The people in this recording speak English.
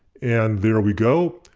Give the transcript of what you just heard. and there we go.